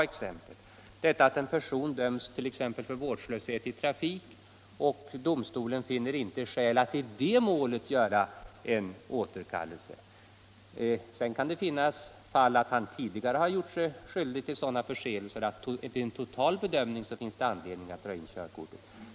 Det gällde ett fall där en person döms t.ex. för vårdslöshet i trafik men där domstolen inte finner skäl att i detta speciella mål göra en återkallelse. Samtidigt kan han i andra fall ha gjort sig skyldig till sådana förseelser att det vid en total bedömning kan finnas skäl att dra in körkortet.